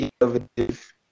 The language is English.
innovative